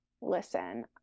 listen